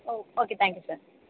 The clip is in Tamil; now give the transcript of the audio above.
O okay thank you sir